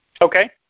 okay